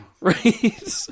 Right